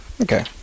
Okay